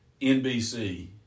NBC